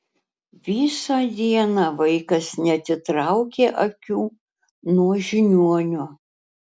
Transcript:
visą dieną vaikas neatitraukė akių nuo žiniuonio